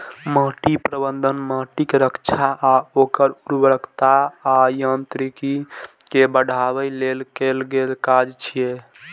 माटि प्रबंधन माटिक रक्षा आ ओकर उर्वरता आ यांत्रिकी कें बढ़ाबै लेल कैल गेल काज छियै